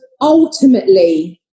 ultimately